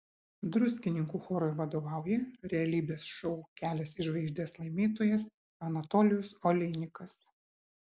druskininkų chorui vadovauja realybės šou kelias į žvaigždes laimėtojas anatolijus oleinikas